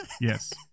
Yes